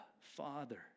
Father